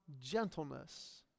gentleness